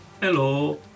hello